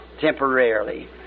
temporarily